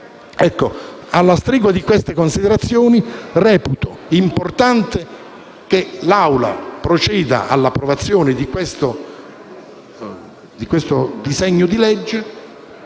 Alla stregua di queste considerazioni reputo importante che l'Assemblea proceda all'approvazione di questo disegno di legge.